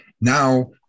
now